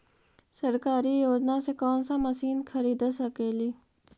सरकारी योजना से कोन सा मशीन खरीद सकेली?